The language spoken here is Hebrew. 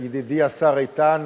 ידידי השר איתן,